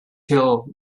till